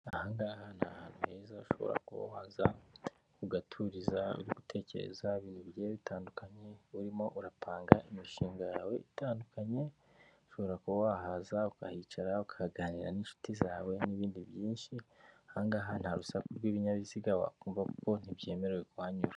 Ahangaha ni ahantu heza ushobora kuza ugaturiza mu gutekereza ibintu bigiye bitandukanye, urimo urapanga imishinga yawe itandukanye ushobora kuba wahaza ukahicara ukaganira n'inshuti zawe n'ibindi byinshi .Ahangaha nta rusaku rw'ibinyabiziga wakumva kuko ntibyemewe kuhanyura.